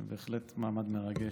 זה בהחלט מעמד מרגש.